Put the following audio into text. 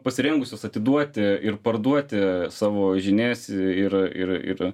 pasirengusios atiduoti ir parduoti savo žinias ir ir ir